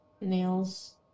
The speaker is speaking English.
Nails